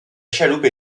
chaloupe